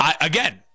Again